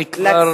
אני כבר,